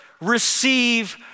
receive